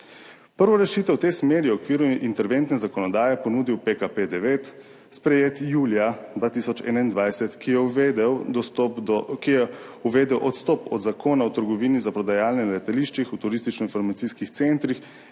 Prvo rešitev v tej smeri je v okviru interventne zakonodaje ponudil PKP9, sprejet julija 2021, ki je uvedel odstop od Zakona o trgovini za prodajalne na letališčih, v turističnoinformacijskih centrih